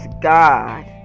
God